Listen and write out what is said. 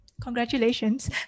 Congratulations